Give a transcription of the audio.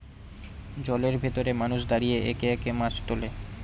জলের ভেতরে মানুষ দাঁড়িয়ে একে একে মাছ তোলে